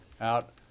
out